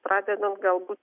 pradedant galbūt